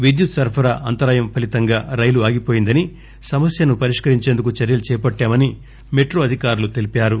విద్యుత్ సరఫరా అంతరాయం ఫలితంగా రైలు ఆగిపోయిందని సమస్యను పరిష్కరించేందుకు చర్యలు చేపట్లామని మెట్రో అధికారులు తెలిపారు